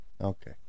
Okay